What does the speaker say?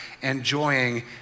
enjoying